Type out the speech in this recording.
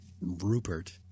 Rupert